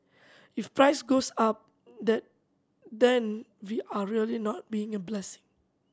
if price goes up the then we are really not being a blessing